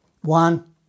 One